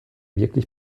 wirklich